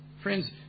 Friends